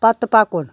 پتہٕ پکُن